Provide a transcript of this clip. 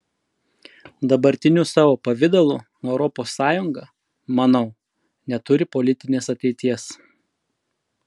dabartiniu savo pavidalu europos sąjunga manau neturi politinės ateities